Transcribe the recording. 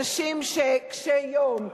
אנשים קשי-יום,